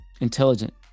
intelligent